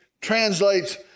translates